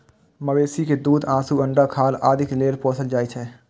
मवेशी कें दूध, मासु, अंडा, खाल आदि लेल पोसल जाइ छै